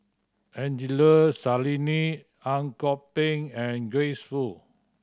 Angelo Sanelli Ang Kok Peng and Grace Fu